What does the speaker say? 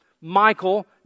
Michael